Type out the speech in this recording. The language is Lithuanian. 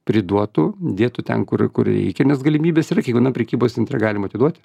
priduotų dėtų ten kur kur reikia nes galimybės yra kiekvienam prekybos centre galima atiduoti